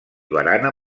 barana